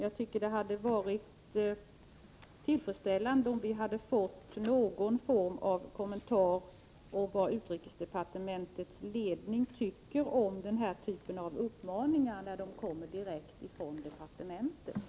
Jag tycker dock att det hade varit tillfredsställande, om vi hade fått någon form av kommentar från utrikesdepartementets ledning, där det klargörs vad man tycker om denna typ av uppmaningar när de kommer direkt från departementet.